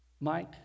Mike